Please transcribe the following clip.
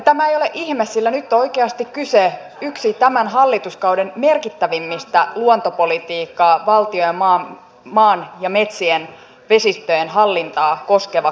tämä ei ole ihme sillä nyt on oikeasti kyse yhdestä tämän hallituskauden merkittävimmistä luontopolitiikkaa valtion maan ja metsien vesistöjen hallintaa koskevista kysymyksistä